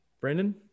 Brandon